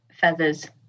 feathers